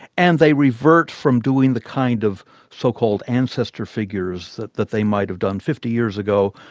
and they revert from doing the kind of so-called ancestor figures that that they might have done fifty years ago,